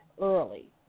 early